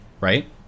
right